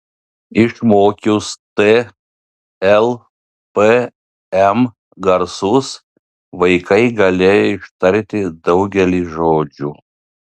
išmokius t l p m garsus vaikai galėjo ištarti daugelį žodžių